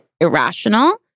irrational